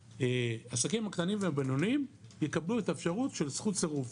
שהעסקים הקטנים והבינוניים יקבלו את האפשרות של זכות הסירוב.